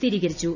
സ്ഥിരീകരിച്ചു